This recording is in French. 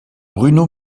bruno